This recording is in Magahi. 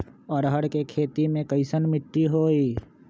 अरहर के खेती मे कैसन मिट्टी होइ?